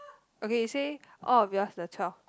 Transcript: okay you say all of yours the twelve